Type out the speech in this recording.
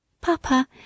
Papa